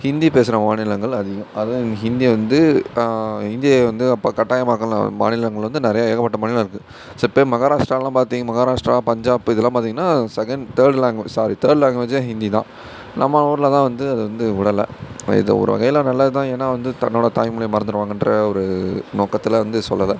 ஹிந்தி பேசுகிற மாநிலங்கள் அதிகம் அதுவும் ஹிந்தி வந்து ஹிந்தியை வந்து அப்போ கட்டாயமாக்கின மாநிலங்கள் வந்து நிறைய ஏகப்பட்ட மாநிலம் இருக்குது சிலபேர் மஹாராஷ்ட்ராவிலலாம் பாத்தீங்க மஹாராஷ்ட்ரா பஞ்சாப் இதெல்லாம் பார்த்தீங்கன்னா second third language sorry third லேங்குவேஜே ஹிந்தி தான் நம்ம ஊரில் தான் அது வந்து விடலை இது ஒரு வகையில் நல்லது தான் ஏன்னா வந்து தன்னோடய தாய்மொழிய மறந்துடுவாங்கன்ற ஒரு நோக்கத்தில் வந்து சொல்லலை